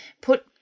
put